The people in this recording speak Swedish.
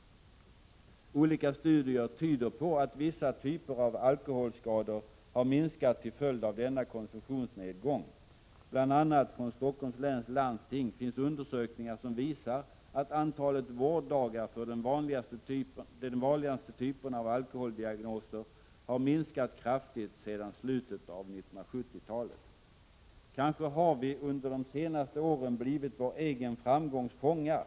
Olika studier tyder på att vissa typer av alkoholskador har minskat till följd av denna konsumtionsnedgång. Bl. a. från Stockholms läns landsting finns undersökningar som visar att antalet vårddagar för de vanligaste typerna av alkoholdiagnoser har minskat kraftigt sedan slutet av 1970-talet. Kanske har vi under de senaste åren blivit vår egen framgångs fångar.